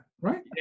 right